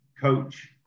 coach